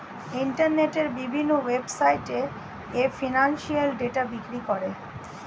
ইন্টারনেটের বিভিন্ন ওয়েবসাইটে এ ফিনান্সিয়াল ডেটা বিক্রি করে